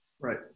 Right